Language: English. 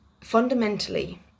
Fundamentally